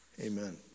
Amen